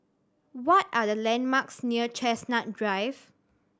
what are the landmarks near Chestnut Drive